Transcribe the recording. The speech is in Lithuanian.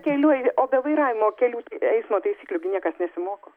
kelių o be vairavimo kelių eismo taisyklių gi niekas nesimoko